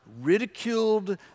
ridiculed